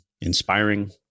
inspiring